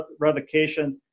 revocations